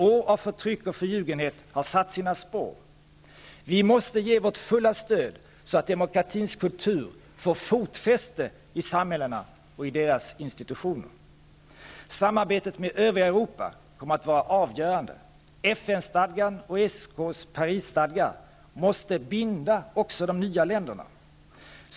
År av förtryck och förljugenhet har satt sina spår. Vi måste ge vårt fulla stöd så att demokratins kultur får fotfäste i samhällena och deras institutioner. Samarbetet med övriga Europa kommer att vara avgörande. FN-stadgan och ESK:s Parisstadgar måste binda också de nya länderna.